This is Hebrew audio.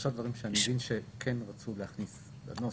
שלושה דברים שאני מבין שכן רצו להכניס אותם בנוסח.